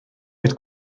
oedd